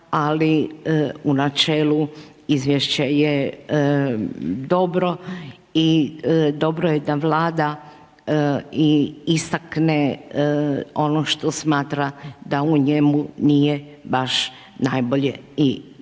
ali u načelu izvješća je dobro i dobro je da vlada i istakne ono što smatra da u njemu nije baš najbolje i napisano.